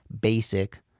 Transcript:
basic